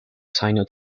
sino